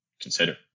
consider